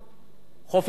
חופש הפרט,